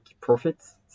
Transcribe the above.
profits